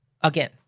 again